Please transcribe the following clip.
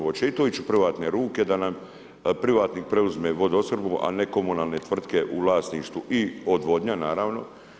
Hoće i to ići u privatne ruke, da nam privatnik preuzme vodoopskrbu, a ne komunalne tvrtke u vlasništvu i odvodnja, naravno.